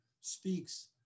speaks